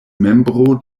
membro